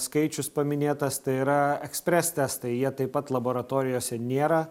skaičius paminėtas tai yra express testai jie taip pat laboratorijose nėra